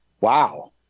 Wow